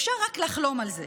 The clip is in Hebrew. אפשר רק לחלום על זה.